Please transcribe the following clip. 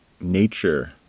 nature